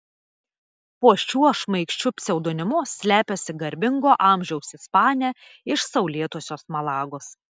po šiuo šmaikščiu pseudonimu slepiasi garbingo amžiaus ispanė iš saulėtosios malagos